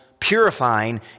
purifying